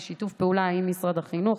בשיתוף פעולה עם משרד החינוך,